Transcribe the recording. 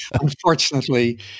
Unfortunately